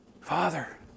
Father